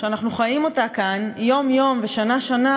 שאנחנו חיים אותה כאן יום-יום ושנה-שנה,